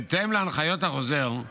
בהתאם להנחיות החוזר,